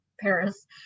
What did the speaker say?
Paris